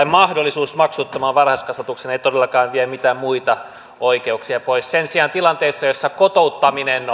mahdollisuus maksuttomaan varhaiskasvatukseen ei todellakaan vie mitään muita oikeuksia pois sen sijaan tilanteessa jossa kotouttaminen